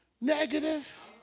negative